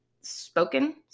spoken